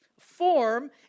Form